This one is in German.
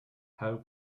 herr